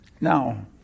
Now